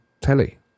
telly